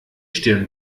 stirn